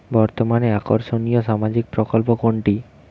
বর্তমানে আকর্ষনিয় সামাজিক প্রকল্প কোনটি?